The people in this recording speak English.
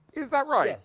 is that right?